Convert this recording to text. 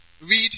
read